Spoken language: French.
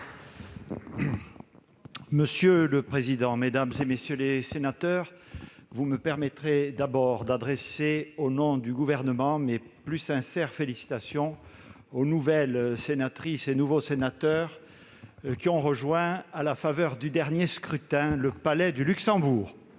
Monsieur le président, mesdames, messieurs les sénateurs, vous me permettrez tout d'abord d'adresser, au nom du Gouvernement, mes plus sincères félicitations aux nouvelles sénatrices et aux nouveaux sénateurs qui ont rejoint, à la faveur du dernier scrutin, le Palais du Luxembourg.